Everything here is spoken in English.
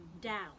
down